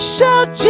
Shout